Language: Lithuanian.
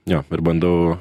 jo ir bandau